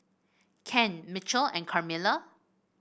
Ken Mitchell and Carmela